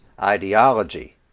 ideology